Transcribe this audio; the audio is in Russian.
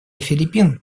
филиппин